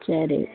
சரி